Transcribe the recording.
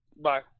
Bye